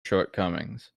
shortcomings